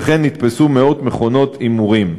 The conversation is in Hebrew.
וכן נתפסו מאות מכונות הימורים.